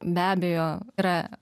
be abejo yra